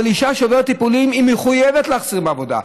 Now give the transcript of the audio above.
אישה שעוברת טיפולים מחויבת להחסיר עבודה.